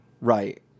right